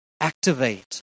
activate